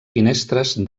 finestres